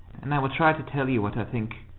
and i will try to tell you what i think.